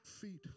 feet